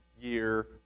year